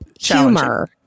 humor